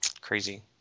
crazy